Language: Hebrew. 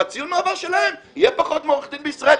וציון המעבר שלהם יהיה פחות מעורך דין בישראל,